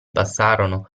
passarono